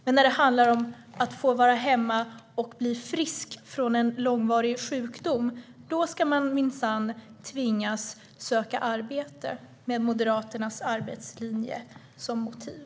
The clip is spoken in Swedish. Men när det handlar om att få vara hemma och bli frisk från en långvarig sjukdom ska man minsann tvingas söka arbete med Moderaternas arbetslinje som motiv.